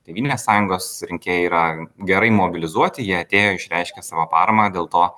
tėvynės sąjungos rinkėjai yra gerai mobilizuoti jie atėjo išreiškė savo paramą dėl to